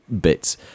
bits